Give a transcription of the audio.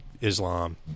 Islam